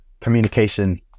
Communication